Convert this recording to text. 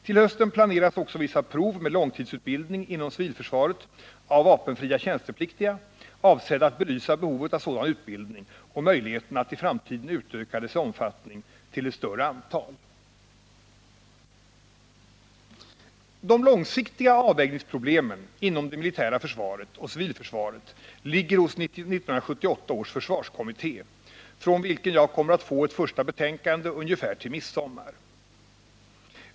Till hösten planeras också vissa prov med långtidsutbildning inom civilförsvaret av vapenfria tjänstepliktiga, avsedda att belysa behovet av sådan utbildning och möjligheterna att i framtiden utöka dess omfattning till ett större antal. De långsiktiga avvägningsproblemen inom det militära försvaret och civilförsvaret ligger hos 1978 års försvarskommitté, från vilken jag kommer att få ett första betänkande ungefär till midsommar.